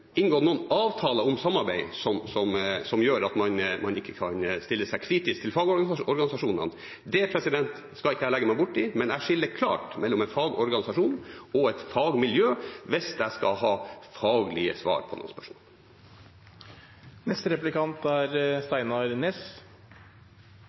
inngått noen avtaler om samarbeid som gjør at man ikke kan stille seg kritisk til fagorganisasjonene. Det skal ikke jeg legge meg borti, men jeg skiller klart mellom en fagorganisasjon og et fagmiljø hvis jeg skal ha faglige svar på